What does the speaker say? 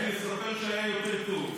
--- זוכר שהיה יותר טוב,